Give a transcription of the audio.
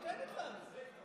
היא לא נותנת לנו.